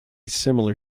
similar